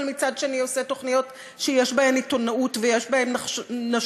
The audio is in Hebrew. אבל מצד שני עושה תוכניות שיש בהן עיתונאות ויש בהן נשכנות,